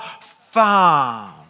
farm